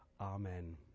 Amen